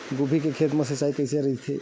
गोभी के खेत मा सिंचाई कइसे रहिथे?